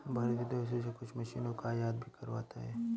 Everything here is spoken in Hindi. भारत विदेशों से कुछ मशीनों का आयात भी करवाता हैं